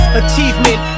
achievement